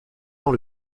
dans